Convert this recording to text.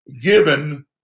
given